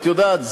את יודעת,